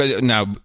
Now